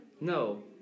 No